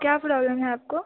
क्या प्रॉब्लेम है आपको